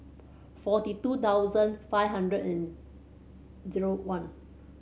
forty two thousand five hundred and zero one